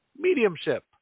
mediumship